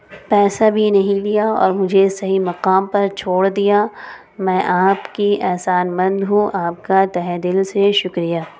پیسہ بھی نہیں لیا اور مجھے صحیح مقام پر چھوڑ دیا میں آپ کی احسان مند ہوں آپ کا تہہ دل سے شکریہ